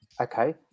Okay